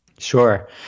Sure